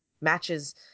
matches